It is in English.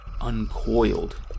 uncoiled